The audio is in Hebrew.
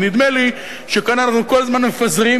ונדמה לי שכאן אנחנו כל הזמן מפזרים,